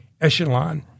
echelon